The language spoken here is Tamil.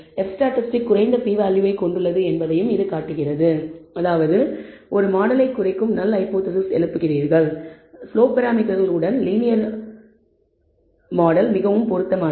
F ஸ்டாட்டிஸ்டிக் குறைந்த p வேல்யூவை கொண்டுள்ளது என்பதையும் இது காட்டுகிறது அதாவது மாடலை குறைக்கும் நல் ஹைபோதேசிஸ் எழுப்புகிறீர்கள் அதாவது ஸ்லோப் பராமீட்டர்கள் உடன் லீனியர் மாடல் மிகவும் பொருத்தமானது